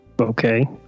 Okay